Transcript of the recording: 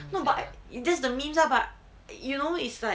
no but that's the means ah but you know it's like